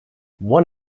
one